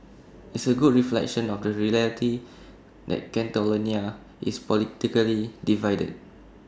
it's A good reflection of the reality that Catalonia is politically divided